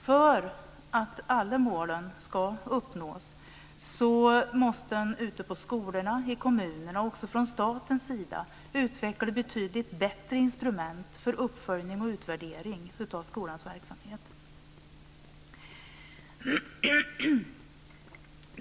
För att alla målen ska uppnås måste man ute i skolorna, i kommunerna och även från statens sida utveckla betydligt bättre instrument för uppföljning och utvärdering av skolans verksamhet.